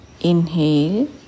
Inhale